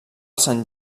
sant